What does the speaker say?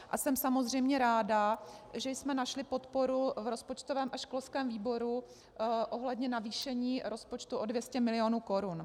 A jsem samozřejmě ráda, že jsme našli podporu v rozpočtovém a školském výboru ohledně navýšení rozpočtu o 200 mil. korun.